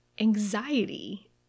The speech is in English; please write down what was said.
anxiety